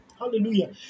Hallelujah